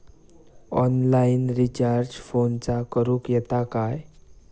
Online recharge फोनला करूक येता काय?